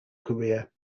career